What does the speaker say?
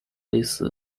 类似